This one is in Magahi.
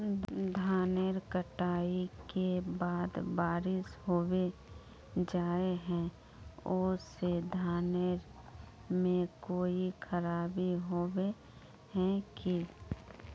धानेर कटाई के बाद बारिश होबे जाए है ओ से धानेर में कोई खराबी होबे है की?